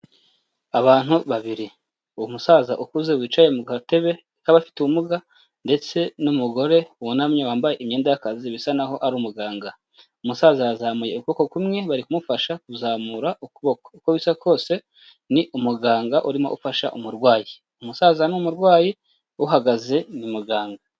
Abantu babiro. Umusaza ukuze wicaye mu gatebe k'abafite ubumuga ndetse n'umugore wunamye wambaye imyenda y'akazi bisa naho ari umuganga. Umusaza yazamuye ukuboko kumwe bari kumufasha kuzamura ukuboko, uko bisa kose ni umuganga urimo ufasha umurwayi. Umusaza ni umurwayi uhagaze ni muganga.